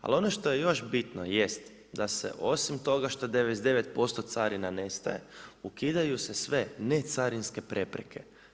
Ali ono što je još bitno jest, da osim toga što 99% carina nestaje, ukidaju se sve necarinske prepreke.